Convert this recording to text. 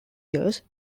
years